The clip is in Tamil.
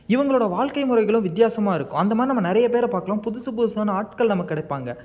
இவங்களோட வாழ்க்கை முறைகளும் வித்தியாசமாக இருக்கும் அந்தமாதிரி நம்ம நிறைய பேரை பார்க்கலாம் புதுசு புதுசான ஆட்கள் நமக்கு கிடைப்பாங்க